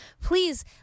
Please